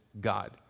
God